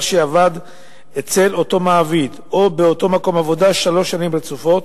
שעבד אצל אותו מעביד או באותו מקום עבודה שלוש שנים רצופות,